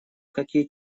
какие